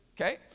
Okay